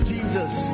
Jesus